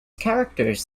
characters